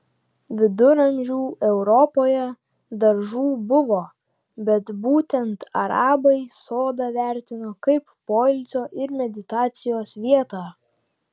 viduramžių europoje daržų buvo bet būtent arabai sodą vertino kaip poilsio ir meditacijos vietą